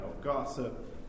gossip